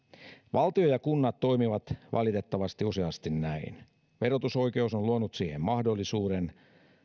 valtio ja kunnat toimivat valitettavasti useasti näin verotusoikeus on luonut siihen mahdollisuuden